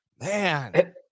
man